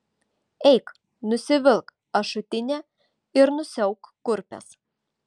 eik nusivilk ašutinę ir nusiauk kurpes